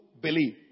believe